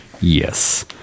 Yes